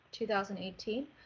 2018